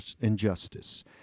injustice